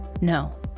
No